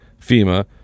FEMA